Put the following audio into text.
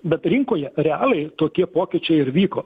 bet rinkoje realiai tokie pokyčiai ir vyko